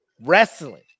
Wrestling